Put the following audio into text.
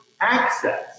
access